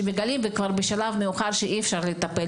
כשמגלים בשלב מאוחר שאי אפשר לטפל.